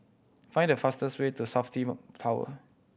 find the fastest way to Safti Tower